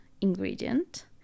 ingredient